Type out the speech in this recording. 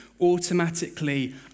automatically